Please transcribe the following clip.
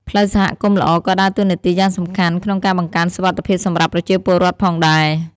ផ្លូវសហគមន៍ល្អក៏ដើរតួនាទីយ៉ាងសំខាន់ក្នុងការបង្កើនសុវត្ថិភាពសម្រាប់ប្រជាពលរដ្ឋផងដែរ។